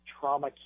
trauma